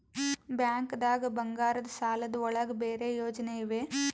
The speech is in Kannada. ಬ್ಯಾಂಕ್ದಾಗ ಬಂಗಾರದ್ ಸಾಲದ್ ಒಳಗ್ ಬೇರೆ ಯೋಜನೆ ಇವೆ?